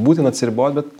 būtina atsiribot bet